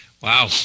Wow